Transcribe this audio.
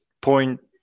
point